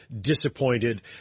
disappointed